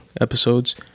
episodes